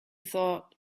thought